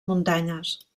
muntanyes